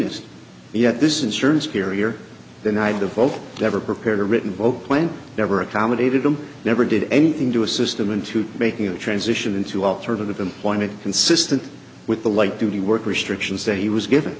machinist yet this insurance carrier denied the vote never prepared a written vocal and never accommodated them never did anything to assist him into making the transition into alternative employment consistent with the light duty work restrictions that he was given